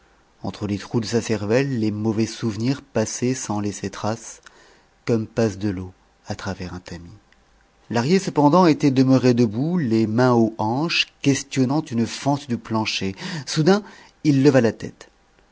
entre les trous de sa cervelle les mauvais souvenirs passaient sans laisser trace comme passe de l'eau à travers un tamis lahrier cependant était demeuré debout les mains aux hanches questionnant une fente du plancher soudain il leva la tête